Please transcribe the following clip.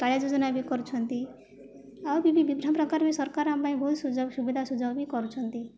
କାଳିଆ ଯୋଜନା ବି କରୁଛନ୍ତି ଆଉ ବି ବିଭିନ୍ନ ପ୍ରକାର ବି ସରକାର ଆମ ପାଇଁ ବହୁତ ସୁବିଧା ସୁଯୋଗ ବି କରୁଛନ୍ତି